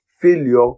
failure